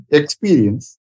experience